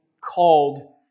called